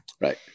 right